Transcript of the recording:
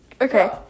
Okay